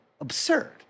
absurd